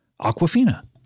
Aquafina